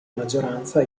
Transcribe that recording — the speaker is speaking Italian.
maggioranza